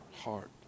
heart